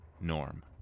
Norm